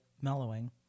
mellowing